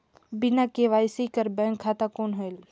बिना के.वाई.सी कर बैंक खाता कौन होएल?